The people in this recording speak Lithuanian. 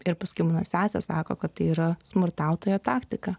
ir paskui mano sesė sako kad tai yra smurtautojo taktika